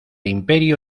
imperio